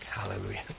Hallelujah